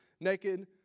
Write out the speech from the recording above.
naked